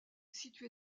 située